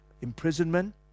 imprisonment